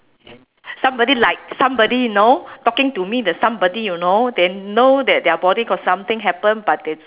somebody like somebody know talking to me the somebody you know they know that their body got something happen but they